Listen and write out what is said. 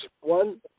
one